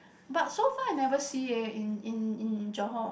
but so far I never see eh in in in Johor